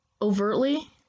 overtly